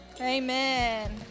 Amen